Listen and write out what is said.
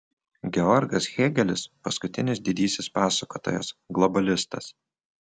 georgas hėgelis paskutinis didysis pasakotojas globalistas